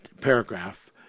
paragraph